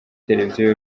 televiziyo